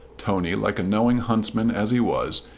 tony, like a knowing huntsman as he was,